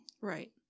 right